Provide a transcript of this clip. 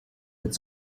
mit